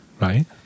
Right